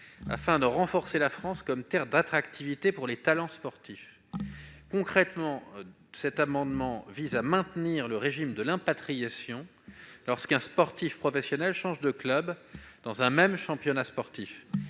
vise à renforcer la France comme terre d'attractivité pour les talents sportifs. Concrètement, cet amendement tend à maintenir le régime de l'impatriation lorsqu'un sportif professionnel change de club au sein d'un même championnat sportif,